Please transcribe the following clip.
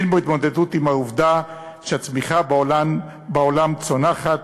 אין בו התמודדות עם העובדה שהצמיחה בעולם צונחת,